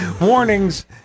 warnings